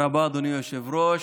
תודה רבה, אדוני היושב-ראש.